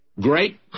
Great